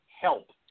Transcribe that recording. help